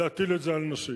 להטיל את זה על נשים,